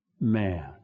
man